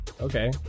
Okay